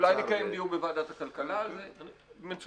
אולי נקיים דיון בוועדת הכלכלה על זה, מצוין.